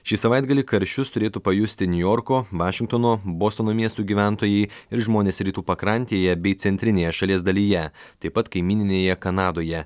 šį savaitgalį karščius turėtų pajusti niujorko vašingtono bostono miestų gyventojai ir žmonės rytų pakrantėje bei centrinėje šalies dalyje taip pat kaimyninėje kanadoje